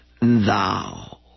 thou